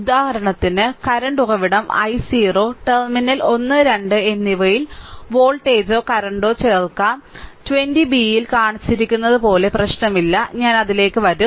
ഉദാഹരണത്തിന് കറന്റ് ഉറവിടം i0 terminal 1 2 എന്നിവയിൽ വോൾട്ടേജോ കറന്റോ ചേർക്കാം 20 b യിൽ കാണിച്ചിരിക്കുന്നതുപോലെ പ്രശ്നമില്ല ഞാൻ അതിലേക്ക് വരും